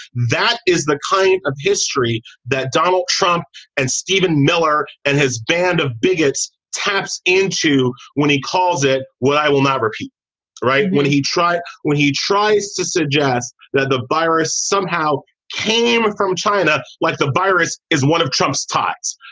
that is the kind of history that donald trump and stephen miller and his band of bigots taps into when he calls it what i will not repeat right when he tries when he tries to suggest that the virus somehow came from china like a virus is one of trump's tot's.